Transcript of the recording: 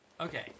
Okay